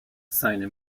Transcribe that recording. seine